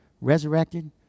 resurrected